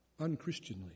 unchristianly